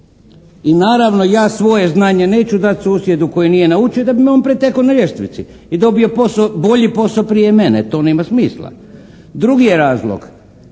i naravno ja svoje znanje neću dati susjedu koji nije naučio da bi me on pretekao na ljestvici i dobio posao, bolji posao prije mene. To nema smisla. Drugi je razlog,